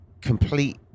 complete